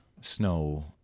snow